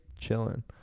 chilling